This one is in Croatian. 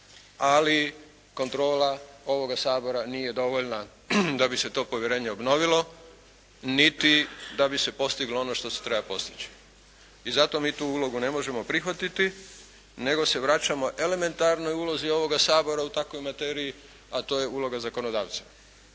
ali kontrola ovoga Sabora nije dovoljna da bi se to povjerenje obnovilo, niti da bi se postiglo ono što se treba postići. I zato mi tu ulogu ne možemo prihvatiti, nego se vraćamo elementarnoj ulozi ovoga Sabora u takvoj materiji, a to je uloga zakonodavca.